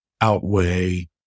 outweigh